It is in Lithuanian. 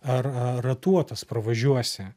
ar ratuotas pravažiuosi